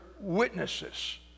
witnesses